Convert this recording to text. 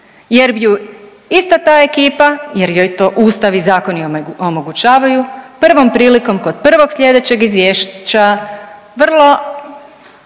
jer bi ju ista ta ekipa jer joj to ustav i zakon omogućavaju prvom prilikom kod prvog slijedećeg izvješća vrlo